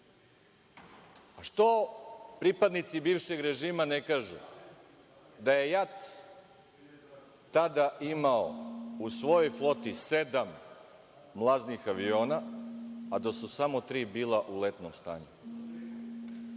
pripadnici bivšeg režima ne kažu da je JAT tada imao u svojoj floti sedam mlaznih aviona, a da su samo tri bila u letnom stanju?